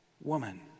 woman